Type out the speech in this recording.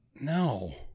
No